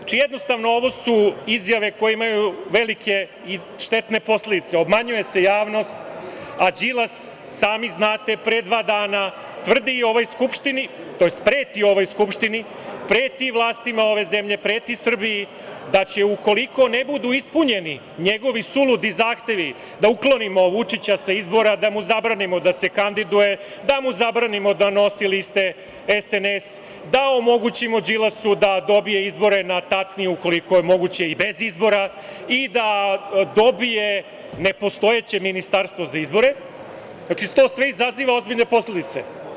Znači, jednostavno, ovo su izjave koje imaju velike i štetne posledice, obmanjuje se javnost, a Đilas, sami znate, pre dva dana tvrdi i ovoj Skupštini, tj. preti ovoj Skupštini, preti i vlastima ove zemlje, preti Srbiji da će ukoliko ne budu ispunjeni njegovi suludi zahtevi da uklonimo Vučića sa izbora, da mu zabranimo da se kandiduje, da mu zabranimo da nosi liste SNS, da omogućimo Đilasu da dobije izbore na tacni ukoliko je moguće i bez izbora i da dobije nepostojeće „ministarstvo za izbore“, znači to sve izaziva ozbiljne posledice.